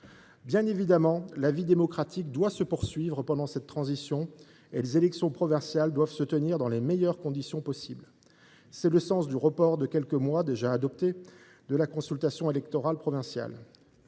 Bien évidemment, la vie démocratique doit se poursuivre pendant cette transition et les élections provinciales doivent se tenir dans les meilleures conditions possible. C’est le sens du report de quelques mois de la consultation électorale provinciale,